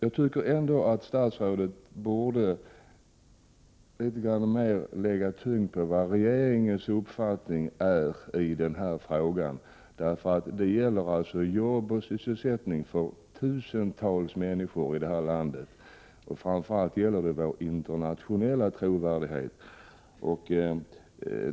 Jag tycker ändå att statsrådet borde lägga litet mera tyngd på vad regeringens uppfattning är i den här frågan. Det gäller nämligen arbete och sysselsättning för tusentals människor i vårt land. Det gäller framför allt vår internationella trovärdighet.